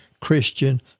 Christian